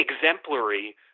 exemplary